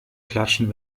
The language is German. klatschen